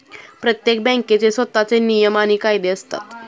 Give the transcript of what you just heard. प्रत्येक बँकेचे स्वतःचे नियम आणि कायदे असतात